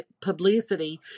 publicity